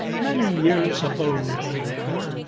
many years abode they there,